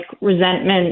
resentment